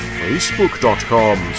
facebook.com